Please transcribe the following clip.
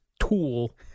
tool